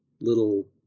little